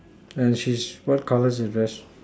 and she's what colour is her dress